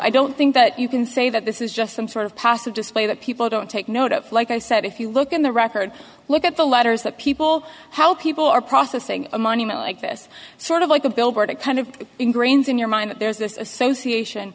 i don't think that you can say that this is just some sort of passive display that people don't take note of like i said if you look at the record look at the letters that people how people are processing a monument like this sort of like a billboard it kind of ingrained in your mind that there's this association